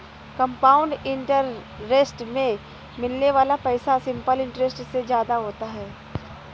compound interest में मिलने वाला पैसा सिंपल इंटरेस्ट से ज्यादा होता है